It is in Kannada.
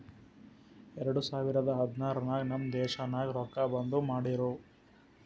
ಎರಡು ಸಾವಿರದ ಹದ್ನಾರ್ ನಾಗ್ ನಮ್ ದೇಶನಾಗ್ ರೊಕ್ಕಾ ಬಂದ್ ಮಾಡಿರೂ